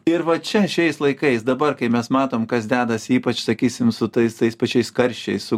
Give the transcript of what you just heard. ir va čia šiais laikais dabar kai mes matom kas dedasi ypač sakysim su tais tais pačiais karščiai su